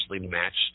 matched